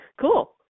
Cool